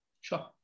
Sure